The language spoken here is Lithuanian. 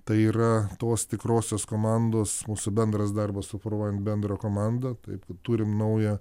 tai yra tos tikrosios komandos mūsų bendras darbas suformuojant bendrą komandą taip turim naują